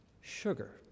sugar